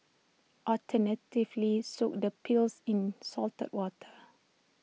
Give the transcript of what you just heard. alternatively soak the peels in salted water